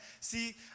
See